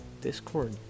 Discord